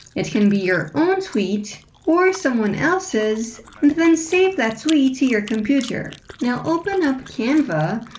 it can be your own tweet or someone else's, and then save that tweet to your computer. now open up canva,